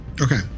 Okay